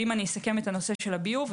אם אסכם את נושא הביוב,